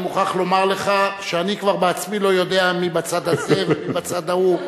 אני מוכרח לומר לך שאני בעצמי כבר לא יודע מי בצד הזה ומי בצד ההוא,